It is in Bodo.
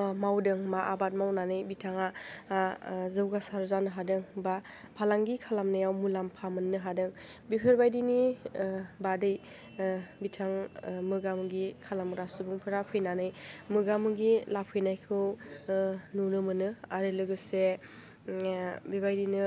मावदों मा आबाद मावनानै बिथाङा आ जौगासार जानो हादों बा फालांगि खालामनायाव मुलाम्फा मोन्नो हादों बेफोरबायदिनो बादै बिथां मोगा मोगि खालामग्रा सुबुंफोरा फैनानै मोगा मोगि लाफैनायखौ नुनो मोनो आरो लोगोसे माने बेबायदिनो